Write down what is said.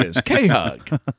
K-hug